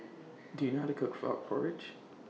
Do YOU know How to Cook Frog Porridge